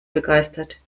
begeistert